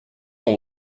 know